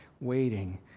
waiting